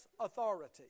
authority